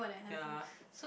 ya